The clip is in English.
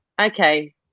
okay